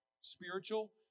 spiritual